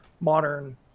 modern